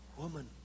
woman